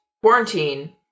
Quarantine